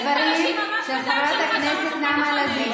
מה לעשות.